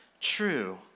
true